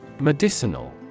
Medicinal